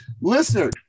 listener